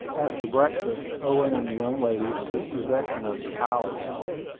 after breakfast, owen and the young ladies took possession of the pilot-house,